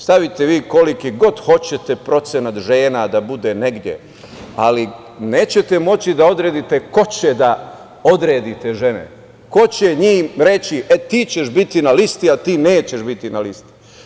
Stavite vi koliki god hoćete procenat žena da bude negde, ali nećete moći da odredite ko će da odredi te žene, ko će njima reći – e, ti ćeš biti na listi, a ti nećeš biti na listi.